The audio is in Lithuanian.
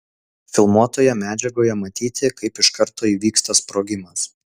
filmuotoje medžiagoje matyti kaip iš karto įvyksta sprogimas